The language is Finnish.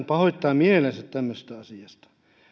pahoittaa mielensä tämmöisestä asiasta